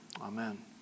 Amen